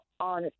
on